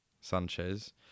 Sanchez